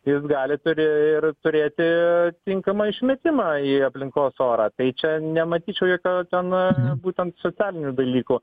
jūs galit ir ir turėti tinkamą išmetimą į aplinkos orą tai čia nematyčiau jokio ten būtent socialinių dalykų